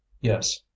yes